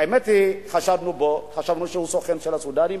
האמת היא, חשבנו שהוא סוכן של הסודנים,